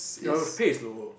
the pay is lower